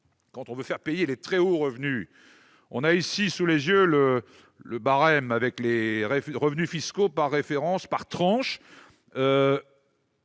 quand on veut faire payer les très hauts revenus ? J'ai sous les yeux le barème avec les revenus fiscaux par référence et par tranche.